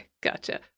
Gotcha